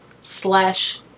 slash